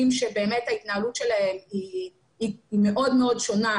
שבאמת ההתנהלות שלהם היא מאוד מאוד שונה,